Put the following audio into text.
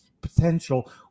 potential